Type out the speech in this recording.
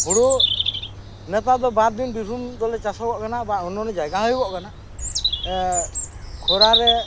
ᱦᱳᱲᱳ ᱱᱮᱛᱟᱨ ᱫᱚ ᱵᱟᱨ ᱫᱤᱱ ᱵᱤᱨᱵᱷᱩᱢ ᱨᱮᱫᱚᱞᱮ ᱪᱟᱥᱚᱜᱚᱜ ᱠᱟᱱᱟ ᱵᱟ ᱚᱱᱱᱟᱱᱱᱚ ᱡᱟᱭᱜᱟ ᱦᱚᱸ ᱦᱳᱭᱳᱜᱳᱜ ᱠᱟᱱᱟ ᱠᱷᱚᱨᱟ ᱨᱮ